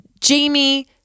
Jamie